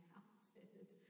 outfit